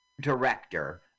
director